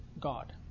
God